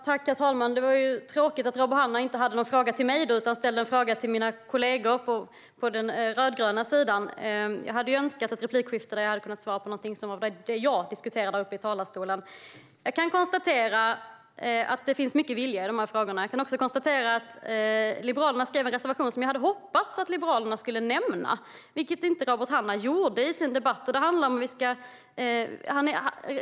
Herr talman! Det var ju tråkigt att Robert Hannah inte hade någon fråga till mig utan ställde en fråga till mina kollegor på den rödgröna sidan. Jag hade önskat att jag i replikskiftet hade kunnat svara på frågor om något av det som jag diskuterade i talarstolen. Jag kan konstatera att det finns många viljor i de här frågorna. Liberalerna har skrivit en reservation som jag hade hoppats att Liberalerna skulle nämna, vilket Robert Hannah inte gjorde i sitt anförande.